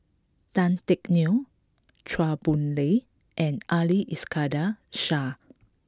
Tan Teck Neo Chua Boon Lay and Ali Iskandar Shah